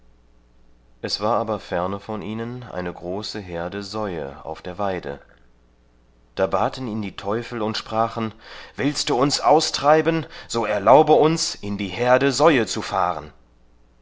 es war aber ferne von ihnen ein große herde säue auf der weide da baten ihn die teufel und sprachen willst du uns austreiben so erlaube uns in die herde säue zu fahren